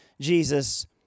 Jesus